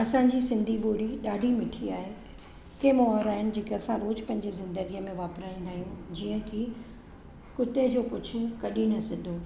असांजी सिंधी ॿोली ॾाढी मिठी आहे टे मुहावरा आहिनि जेके असां रोज़ पंहिंजी ज़िंदगीअ में वापराईंदा आहियूं जीअं की कुत्ते जो पुछ कॾहिं न सिधो थिए